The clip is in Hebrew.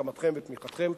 הסכמתכם ואת תמיכתכם.